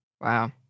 Wow